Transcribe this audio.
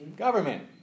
government